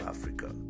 Africa